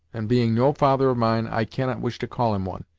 and being no father of mine, i cannot wish to call him one.